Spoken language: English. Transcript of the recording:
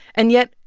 and yet,